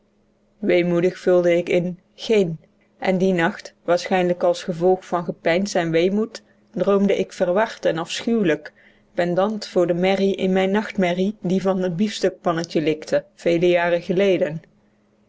weemoedig vulde ik in g e e n e en dien nacht waarschijnlijk als gevolg van gepeins en weemoed droomde ik verward en afschuwelijk pendant voor de merrie in mijne nachtmerrie die van het biefstukpannetje likte vele jaren geleden